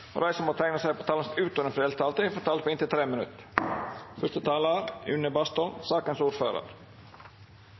og de som måtte tegne seg på talerlisten utover den fordelte taletid, får også en taletid på inntil 3 minutter.